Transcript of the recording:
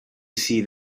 see